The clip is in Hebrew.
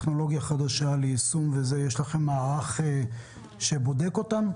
יש לכם מערך שבודק אותה?